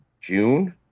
June